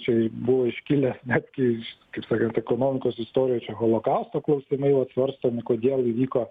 čia buvo iškilęs netgi kaip sakant ekonomika sustojo čia holokausto klausimai vat svarstomi kodėl įvyko